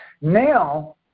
Now